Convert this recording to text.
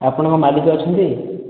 ଆପଣଙ୍କ ମାଲିକ ଅଛନ୍ତି